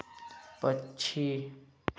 पक्षी